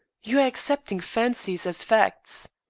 you are accepting fancies as facts.